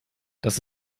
das